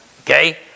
Okay